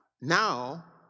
now